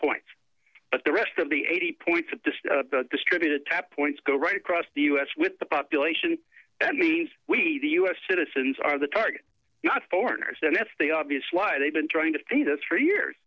points but the rest of the eighty points at the distributed tap points go right across the u s with the population that means we the u s citizens are the target not foreigners and that's the obvious lie they've been trying to feed us for years